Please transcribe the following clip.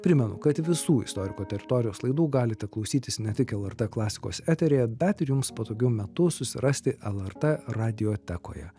primenu kad visų istoriko teritorijos laidų galite klausytis ne tik lrt klasikos eteryje bet ir jums patogiu metu susirasti lrt radiotekoje